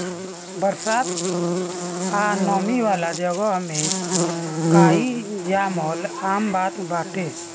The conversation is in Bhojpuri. बरसात आ नमी वाला जगह में काई जामल आम बात बाटे